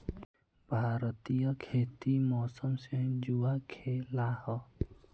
भारतीय खेती मौसम से जुआ खेलाह